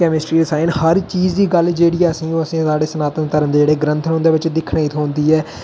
chemistry science हर चीज दी गल्ल जेह्ड़ी ऐ ओह् असेंगी साढ़े सनातन धर्म दे जेह्ड़े ग्रंथ न उंदे बिच दिक्खने गी थ्होंदी ऐ